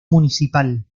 municipal